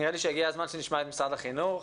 נראה לי שהגיע הזמן שנשמע את משרד החינוך.